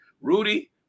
Rudy